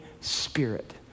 Spirit